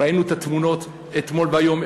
ראינו את התמונות אתמול והיום,